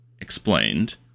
Explained